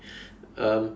um